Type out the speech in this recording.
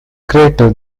crater